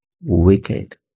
wicked